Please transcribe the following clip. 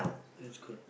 that's good